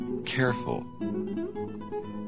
Careful